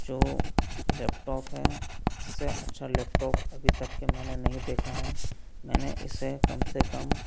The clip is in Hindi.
जो लैपटॉप है इससे अच्छा लैपटॉप अभी तक के मैंने नहीं देखा है मैंने इसे कम से कम